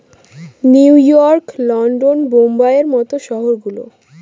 new York, London, বোম্বের মত শহর গুলো